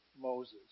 Moses